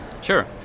Sure